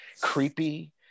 creepy